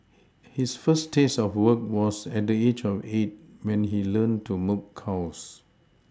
his first taste of work was at the age of eight when he learned to milk cows